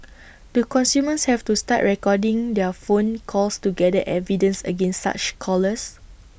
do consumers have to start recording their phone calls to gather evidence against such callers